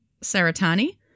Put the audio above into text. Saratani